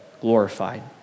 glorified